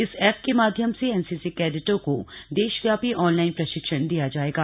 इस ऐप के माध्यम से एनसीसी कैड ों को देशव्यापी ऑनलाइन प्रशिक्षण दिया जाएगा